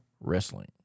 wrestling